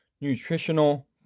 nutritional